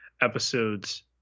episodes